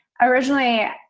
originally